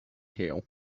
hill